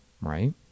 right